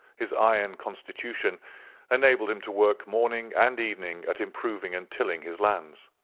his iron constitution enabled him to work morning and evening at improving and tilling his lands.